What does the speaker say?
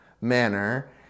manner